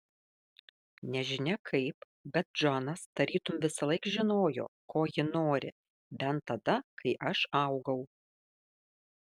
nežinia kaip bet džonas tarytum visąlaik žinojo ko ji nori bent tada kai aš augau